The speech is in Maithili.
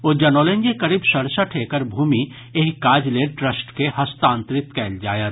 ओ जनौलनि जे करीब सड़सठ एकड़ भूमि एहि काज लेल ट्रस्ट के हस्तांतरित कयल जायत